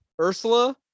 Ursula